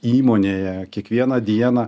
įmonėje kiekvieną dieną